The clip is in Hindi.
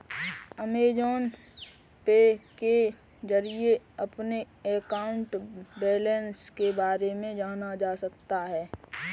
अमेजॉन पे के जरिए अपने अकाउंट बैलेंस के बारे में जाना जा सकता है